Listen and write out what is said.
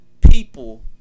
people